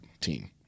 team